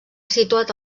situat